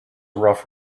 rough